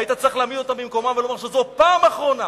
היית צריך להעמיד אותם במקומם ולומר שזאת הפעם האחרונה